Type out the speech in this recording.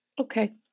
Okay